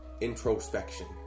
Introspection